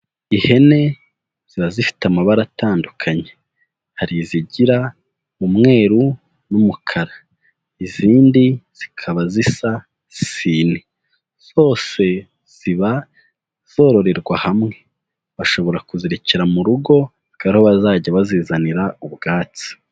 Ihene ziba zifite amabara atandukanye, hari izigira umweru n'umukara izindi zikaba zisa isine, zose ziba zororerwa hamwe bashobora kuzirekera mu rugo akaba ari ho bazajya bazizanira ubwatsi.